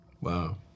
Wow